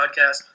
podcast